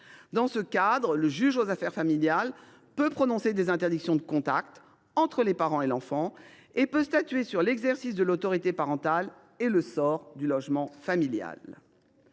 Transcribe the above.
Dans ce cadre, le juge aux affaires familiales peut prononcer des interdictions de contact entre le parent et l’enfant, et peut statuer sur l’exercice de l’autorité parentale et le sort du logement familial.